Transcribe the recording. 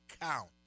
count